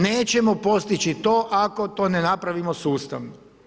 Nećemo postići to ako to ne napravimo sustavno.